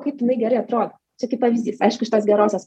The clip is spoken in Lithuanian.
kaip jinai gerai atrodo čia kaip pavyzdys aišku iš tos gerosios